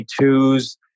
twos